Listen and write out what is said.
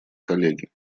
коллеги